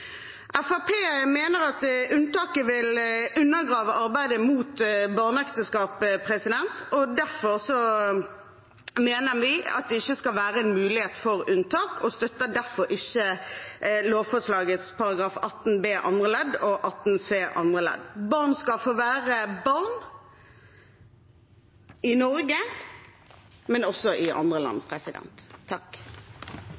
mener at unntaket vil undergrave arbeidet mot barneekteskap. Derfor mener vi at det ikke skal være mulighet for unntak, og vi støtter derfor ikke lovforslagets § 18 b andre ledd og § 18 c andre ledd. Barn skal få være barn – i Norge, men også i andre land.